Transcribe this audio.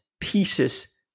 pieces